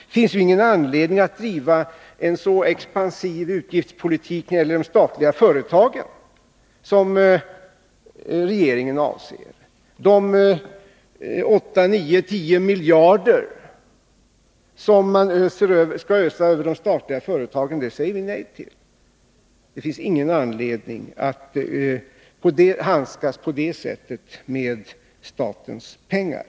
Det finns ingen anledning att driva en så expansiv utgiftspolitik när det gäller de statliga företagen som regeringen avser att göra. Vi säger nej till de 8, 9 eller 10 miljarder som regeringen skall ösa över företagen. Det finns ingen anledning att handskas på det sättet med statens pengar.